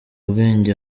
ubwenge